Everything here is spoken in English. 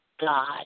God